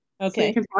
Okay